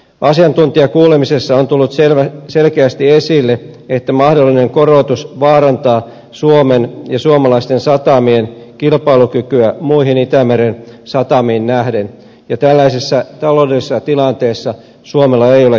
asiantuntijakuulemisessa on tullut selkeästi esille että mahdollinen korotus vaarantaa suomen ja suomalaisten satamien kilpailukykyä muihin itämeren satamiin nähden ja tällaisessa taloudellisessa tilanteessa suomella ei ole kyllä varaa tähän